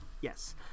Yes